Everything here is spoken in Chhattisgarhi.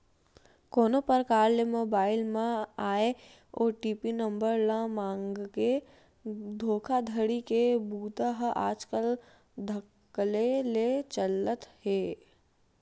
कोनो परकार ले मोबईल म आए ओ.टी.पी नंबर ल मांगके धोखाघड़ी के बूता ह आजकल धकल्ले ले चलत हे